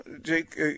Jake